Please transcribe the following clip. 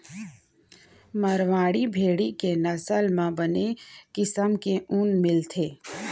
मारवाड़ी भेड़ी के नसल म बने किसम के ऊन मिलथे